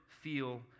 feel